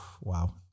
wow